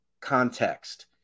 context